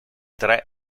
tre